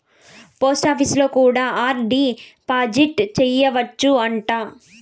పోస్టాపీసులో కూడా RD deposit సేయచ్చు అంట